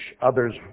others